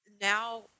now